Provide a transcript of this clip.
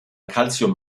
calcium